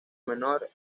menor